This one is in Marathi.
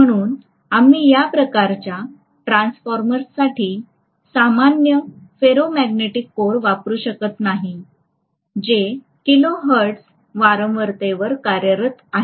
म्हणून आम्ही या प्रकारच्या ट्रान्सफॉर्मर्ससाठी सामान्य फेरोमॅग्नेटिक कोर वापरू शकत नाही जे किलो हर्ट्ज वारंवारतेवर कार्यरत आहेत